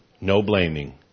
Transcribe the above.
no-blaming